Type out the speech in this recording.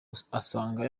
asanga